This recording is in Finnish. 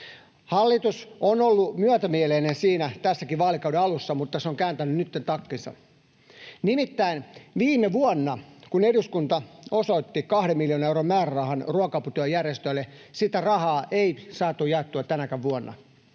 Hallitus on ollut myötämielinen siinä tämänkin vaalikauden alussa, mutta nyt se on kääntänyt takkinsa. Nimittäin viime vuonna, kun eduskunta osoitti 2 miljoonan euron määrärahan ruoka-aputyön järjestöille, sitä rahaa ei saatu jaettua tänäkään vuonna